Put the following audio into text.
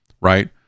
right